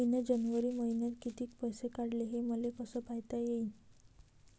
मिन जनवरी मईन्यात कितीक पैसे काढले, हे मले कस पायता येईन?